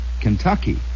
Kentucky